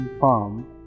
farm